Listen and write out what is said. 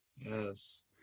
Yes